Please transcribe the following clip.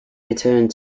returned